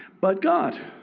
but god.